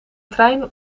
trein